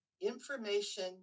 information